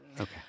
Okay